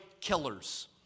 killers